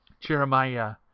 Jeremiah